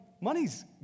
Money's